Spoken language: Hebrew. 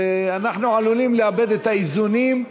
ואנחנו עלולים לאבד את האיזונים,